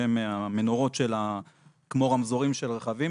שזה מנורות כמו רמזורים של רכבים,